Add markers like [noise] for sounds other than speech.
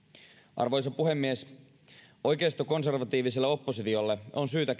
arvoisa puhemies oikeistokonservatiiviselle oppositiolle on syytä [unintelligible]